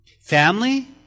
Family